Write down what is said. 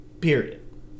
Period